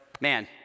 man